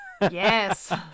Yes